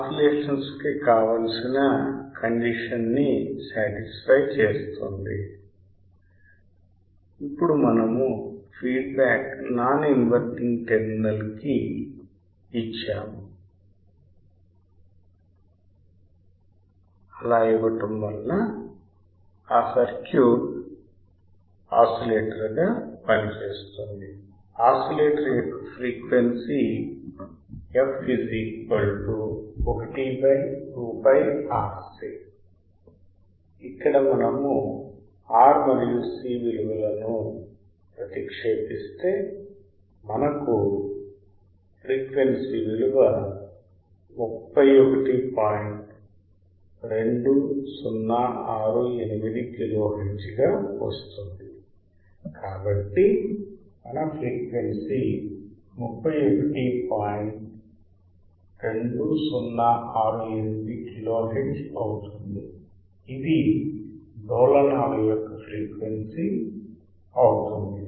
2068 kilo hertz అవుతుంది ఇది డోలనాల యొక్క ఫ్రీక్వెన్సీ అవుతుంది